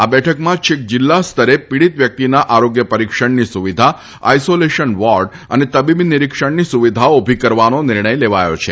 આ બેઠકમાં છેક જિલ્લા સ્તરે પીડિત વ્યક્તિના આરોગ્ય પરિક્ષણની સુવિધા આઈસોલેશન વોર્ડ અને તબિબિ નિરિક્ષણની સુવિધાઓ ઉભી કરવાનો નિર્ણય લેવાયો છે